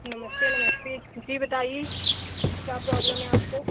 नमस्ते नमस्ते जी बताइए क्या प्रॉब्लम है आपको